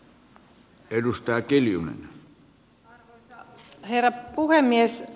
arvoisa herra puhemies